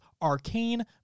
Arcane